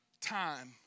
time